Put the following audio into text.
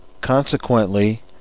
Consequently